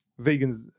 vegans